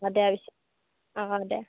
অ' দে